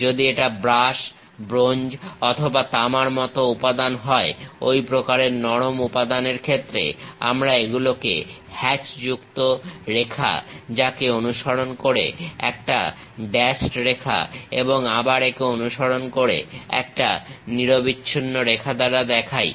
যদি এটা brass bronze অথবা তামার মত উপাদান হয় ওই প্রকারের নরম উপাদান এর ক্ষেত্রে আমরা এগুলোকে হ্যাচযুক্ত রেখা যাকে অনুসরণ করে একটা ড্যাশড রেখা এবং আবার একে অনুসরণ করে একটা নিরবিচ্ছিন্ন রেখা দ্বারা দেখাই